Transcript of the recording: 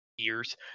years